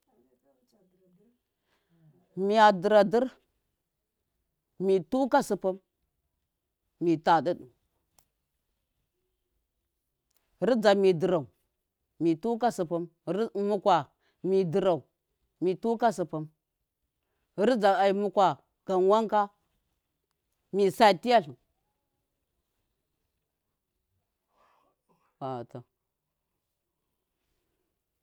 miya dɨra- dɨr mi tuka sɨpɨn mi ta ɗɨɗɨ rɨdza mi dɨrau mi tuka sɨpɨn rɨdza, ai- mukwa gam wanka mi sa tiyatlɨ, ato.